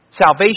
Salvation